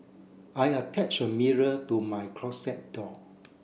I attached a mirror to my closet door